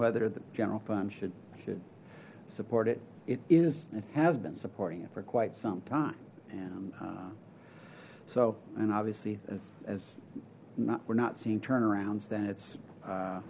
whether the general fund should should support it it is it has been supporting it for quite some time and so and obviously as as not we're not seeing turnarounds then it's